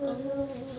oh